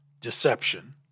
deception